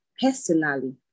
personally